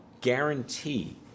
guarantee